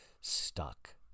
stuck